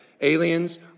Aliens